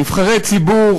נבחרי ציבור,